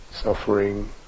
suffering